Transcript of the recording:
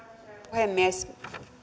puhemies